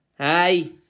hi